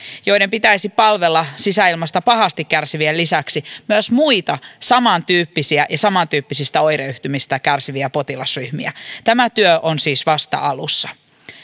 joiden pitäisi palvella sisäilmasta pahasti kärsivien lisäksi myös muita samantyyppisiä ja samantyyppisistä oireyhtymistä kärsiviä potilasryhmiä tämä työ on siis vasta alussa